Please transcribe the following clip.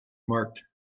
marked